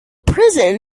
prison